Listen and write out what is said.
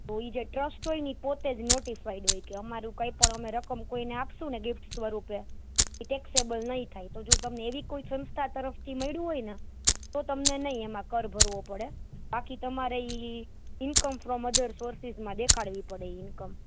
તો એ જે ટ્રસ્ટ હોય ને એ પોતે જ નોટીફાઇડ હોય કે અમારું કંઈપણ અમે રકમ કોઈને આપીશું ને ગિફ્ટ સ્વરૂપે એ ટેક્સેબલ નહીં થાય તો જો તમને કોઈ એવી કોઈ સંસ્થા તરફથી મળ્યું હોય ને તો તમને નહીં એમાં કર ભરવો પડે બાકી તમારે એ ઇનકમ ફ્રોમ અધર સોર્સીસમાં દેખાડવી પડે એ ઇનકમ